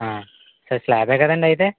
సరే స్లాబ్ ఏ కదండి అయితే